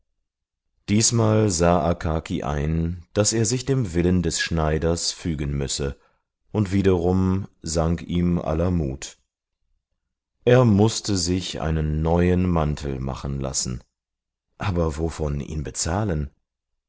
diesmal sah akaki ein daß er sich dem willen des schneiders fügen müsse und wiederum sank ihm aller mut er mußte sich einen neuen mantel machen lassen aber wovon ihn bezahlen